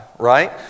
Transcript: Right